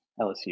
LSU